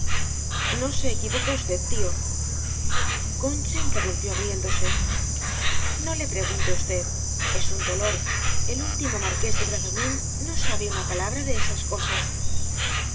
no se equivoca usted tío concha interrumpió riéndose no le pregunte usted es un dolor pero el último marqués de bradomín no sabe una palabra de esas cosas